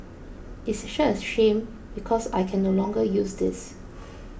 it's such a shame because I can no longer use this